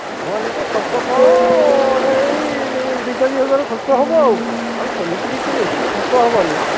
ଆନୁମାନିକ ଖର୍ଚ୍ଚ କ'ଣ ଏଇ ଦୁଇ ଚାରି ହଜାର ଖର୍ଚ୍ଚ ହବ ଆଉ କ'ଣ ଆଉ ସେମିତି କିଛି ବେଶୀ ଖର୍ଚ୍ଚ ହେବନି